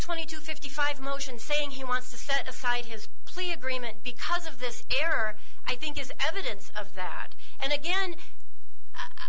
twenty to fifty five motion saying he wants to set aside his plea agreement because of this error i think is evidence of that and